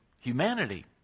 humanity